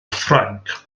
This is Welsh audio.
ffrainc